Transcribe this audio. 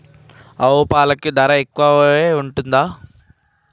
ఆవు పాలకి ధర ఎక్కువే ఉంటదా?